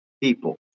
People